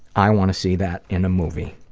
i want to see that in a movie.